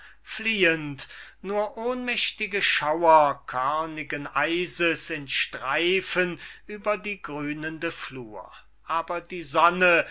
fliehend nur ohnmächtige schauer körnigen eises in streifen über die grünende flur aber die sonne